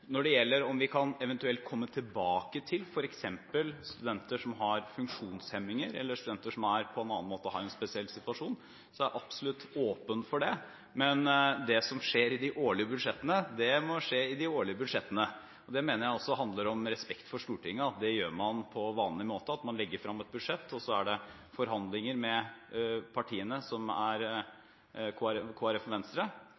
Når det gjelder om vi eventuelt kan komme tilbake til f.eks. studenter som har funksjonshemninger, eller studenter som på en annen måte er i en spesiell situasjon, er jeg absolutt åpen for det. Men det som skjer i de årlige budsjettene, må skje i de årlige budsjettene. Det mener jeg også handler om respekt for Stortinget, at man gjør det på vanlig måte – man legger frem et budsjett, og så er det forhandlinger med partiene, som er